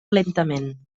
lentament